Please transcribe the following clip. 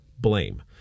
Blame